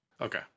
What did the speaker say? Okay